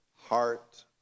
heart